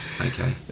Okay